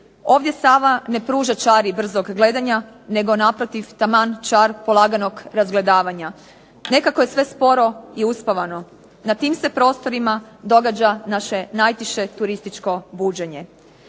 Ovdje Sava ne pruža čari brzog gledanja nego naprotiv taman čar polaganog razgledavanja. Nekako je sve sporo i uspavano. Na tim se prostorima događa naše najtiše turističko buđenje.